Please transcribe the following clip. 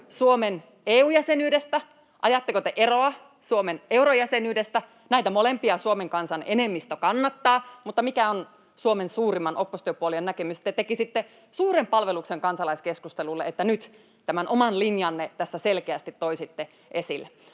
Suomen EU-jäsenyydestä? Ajatteko te eroa Suomen eurojäsenyydestä? Näitä molempia Suomen kansan enemmistö kannattaa, mutta mikä on Suomen suurimman oppositiopuolueen näkemys? Te tekisitte suuren palveluksen kansalaiskeskustelulle, jos nyt tämän oman linjanne tässä selkeästi toisitte